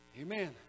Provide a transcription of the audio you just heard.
Amen